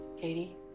Katie